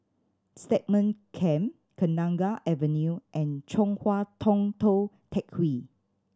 Stagmont Camp Kenanga Avenue and Chong Hua Tong Tou Teck Hwee